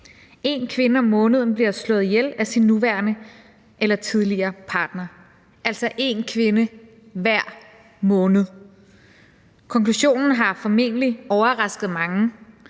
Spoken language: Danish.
1 kvinde om måneden bliver slået ihjel af sin nuværende eller tidligere partner, altså 1 kvinde hver måned. Konklusionen har formentlig overrasket mange,